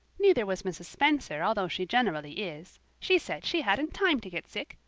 neither was mrs. spencer although she generally is. she said she hadn't time to get sick,